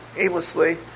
aimlessly